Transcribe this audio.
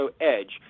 EDGE